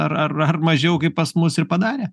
ar ar ar mažiau kaip pas mus ir padarė